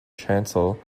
chancel